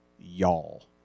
y'all